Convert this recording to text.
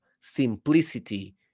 simplicity